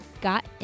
got